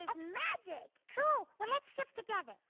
ah magic. cool well let's sip together.